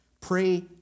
Pray